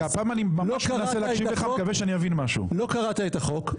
לא קראת את החוק,